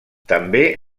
també